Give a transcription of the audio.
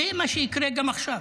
זה מה שיקרה גם עכשיו.